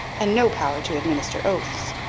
and no power to administer oaths.